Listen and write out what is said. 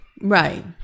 Right